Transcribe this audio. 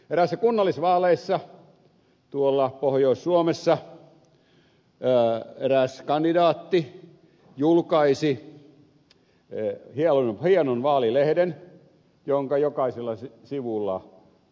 eräissä kunnallisvaaleissa tuolla pohjois suomessa eräs kandidaatti julkaisi hienon vaalilehden jonka jokaisella sivulla